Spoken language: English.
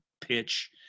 pitch